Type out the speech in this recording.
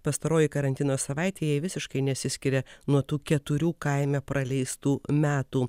pastaroji karantino savaitė jai visiškai nesiskiria nuo tų keturių kaime praleistų metų